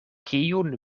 kiun